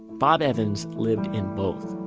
bob evans lived in both